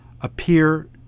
appear